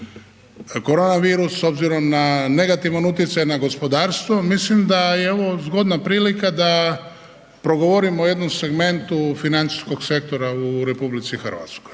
korona virus, s obzirom na negativan utjecaj na gospodarstvo, mislim da je ovo zgodna prilika da progovorimo o jednom segmentu financijskog sektora u RH. Financijskog